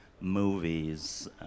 movies